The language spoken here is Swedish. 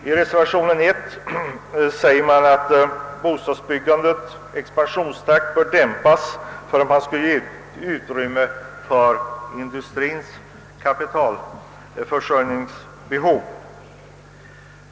I reservation nr 1 uttalas att bostadsbyggandets expansionstakt bör dämpas för att ge utrymme för industriens ka pitalförsörjningsbehov.